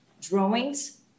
drawings